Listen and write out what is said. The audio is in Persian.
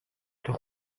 توی